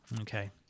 Okay